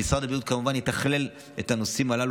משרד הבריאות כמובן יתכלל את הנושאים הללו,